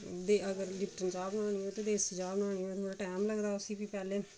ते अगर लिपटन चाह् बनानी होऐ ते देसी चाह् बनानी होऐ ते थोह्ड़ा टैम लगदी उसी फ्ही पैह्ले